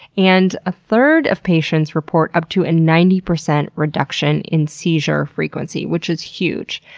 and a third of patients report up to a ninety percent reduction in seizure frequency, which is huge.